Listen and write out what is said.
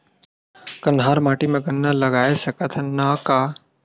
कन्हार माटी म गन्ना लगय सकथ न का?